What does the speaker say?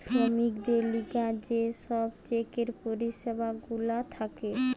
শ্রমিকদের লিগে যে সব চেকের পরিষেবা গুলা থাকে